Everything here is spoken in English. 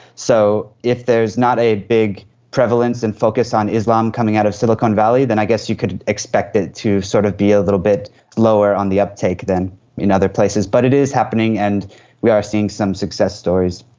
so if there's not a big prevalence and focus on islam coming out of silicon valley, then i guess you could expect it to sort of be a little bit lower on the uptake than in other places. but it is happening and we are seeing some success stories.